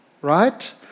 right